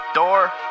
Door